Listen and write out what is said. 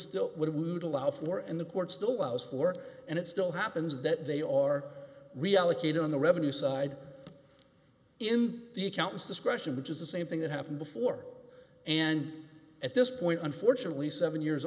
still would allow for and the court still allows for and it still happens that they are reallocate on the revenue side in the accounts discretion which is the same thing that happened before and at this point unfortunately seven years